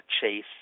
Chase